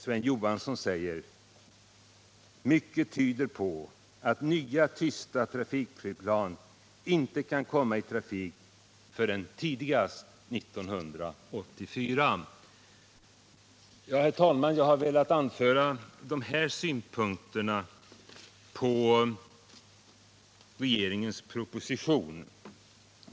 Sven Johansson säger: ”Mycket tyder på att nya tysta trafikflygplan inte kan komma i trafik förrän tidigast 1984.” Herr talman! Jag har velat anföra de här synpunkterna på regeringens proposition.